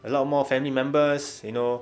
a lot more family members you know